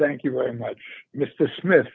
thank you very much mr smith